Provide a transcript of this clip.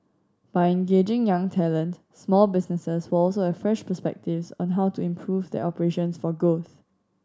by engaging young talent small businesses will also have fresh perspectives on how to improve their operations for growth